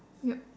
yup